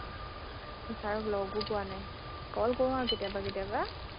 ছাৰক লগো পোৱা নাই কল কৰোঁ আৰু কেতিয়াবা কেতিয়াবা